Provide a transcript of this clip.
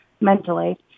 mentally